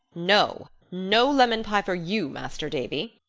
no, no lemon pie for you, master davy,